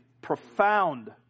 profound